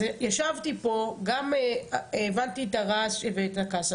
אז ישבתי פה גם הבנתי את הרעש ואת הכעס,